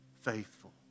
faithful